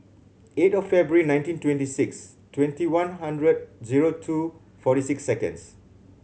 eight of February nineteen twenty six twenty one hundred zero two forty six seconds